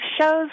shows